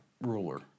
ruler